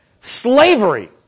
Slavery